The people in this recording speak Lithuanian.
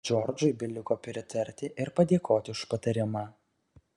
džordžui beliko pritarti ir padėkoti už patarimą